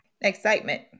Excitement